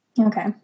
Okay